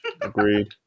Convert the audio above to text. Agreed